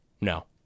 No